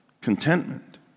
contentment